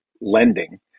lending